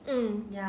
mm